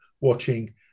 watching